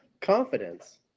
confidence